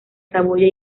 saboya